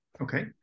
Okay